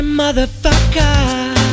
motherfucker